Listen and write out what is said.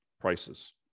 prices